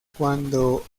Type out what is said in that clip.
cuando